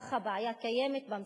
אך הבעיה קיימת במציאות.